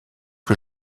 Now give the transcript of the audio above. que